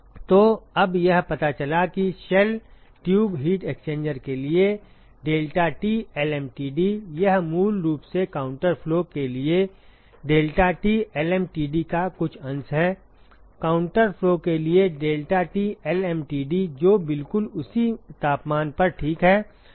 तो अब यह पता चला है कि शेल ट्यूब हीट एक्सचेंजर के लिए deltaT lmtd यह मूल रूप से काउंटर फ्लो के लिए deltaT lmtd का कुछ अंश है काउंटर फ्लो के लिए deltaT lmtd जो बिल्कुल उसी तापमान पर ठीक है